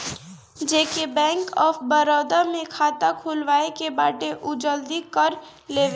जेके bank of Baroda में खाता खुलवाए के बाटे उ जल्दी कर लेवे